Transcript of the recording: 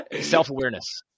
Self-awareness